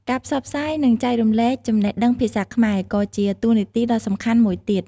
ការផ្សព្វផ្សាយ និងចែករំលែកចំណេះដឹងភាសាខ្មែរ ក៏ជាតួនាទីដ៏សំខាន់មួយទៀត។